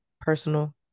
Personal